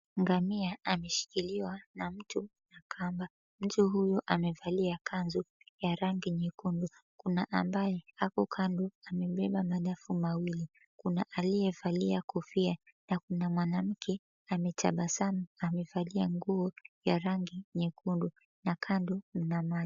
Ngamia ameshikiliwa na mtu na kamba. Mtu huyu amevalia kanzu ya rangi nyekundu kuna ambaye ako kando amebeba madafu mawili kuna aliyevalia kofia na kuna mwanamke ametabasamu amevalia nguo ya rangi nyekundu na kando mna maji.